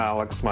Alex